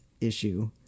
issue